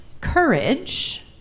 courage